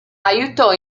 aiutò